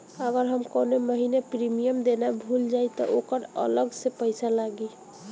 अगर हम कौने महीने प्रीमियम देना भूल जाई त ओकर अलग से पईसा लागी?